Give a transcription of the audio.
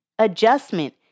adjustment